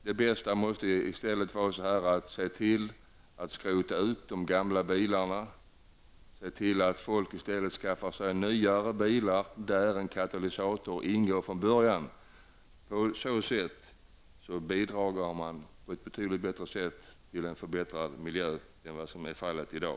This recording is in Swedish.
Det bästa måste i stället vara att se till att skrota de gamla bilarna och se till att folk i stället skaffar sig nyare bilar där en katalysator ingår från början. På så sätt bidrar vi på ett betydligt bättre sätt till en förbättrad miljö än vad som är fallet i dag.